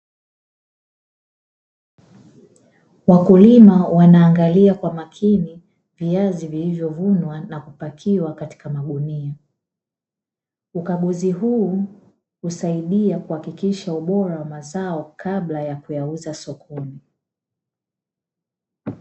Wakulima wanaangalia kwa makini viazi vilivyovunwa na kupakiwa katika magunia, ukaguzi huu husaidia kuhakikisha ubora wa mazao kabla ya kuyauza sokoni.